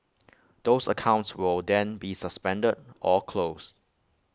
those accounts will then be suspended or closed